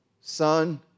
son